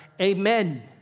Amen